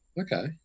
Okay